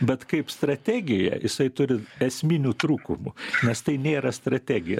bet kaip strategija jisai turi esminių trūkumų nes tai nėra strategija